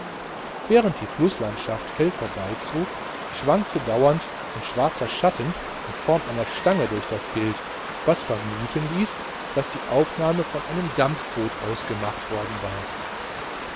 während die flußlandschaft hell vorbeizog schwankte dauernd ein schwarzer schatten in form einer stange durch das bild was vermuten ließ daß die aufnahme von einem dampfboot aus gemacht worden war